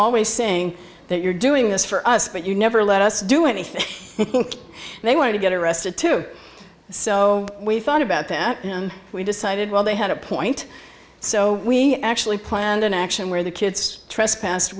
always saying that you're doing this for us but you never let us do anything they want to get arrested too so we thought about the act and we decided well they had a point so we actually planned an action where the kids trespas